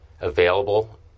available